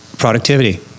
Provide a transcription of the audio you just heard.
Productivity